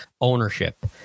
ownership